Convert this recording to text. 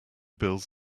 bills